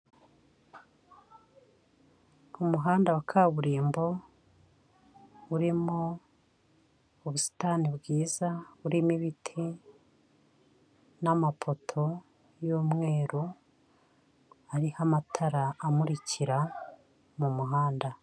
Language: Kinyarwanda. Umuhanda wa kaburimbo, urimo ubusitani bwiza burimo ibiti n'amapoto y'umweru, ariho amatara amurikira mu muhanda.